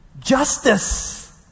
Justice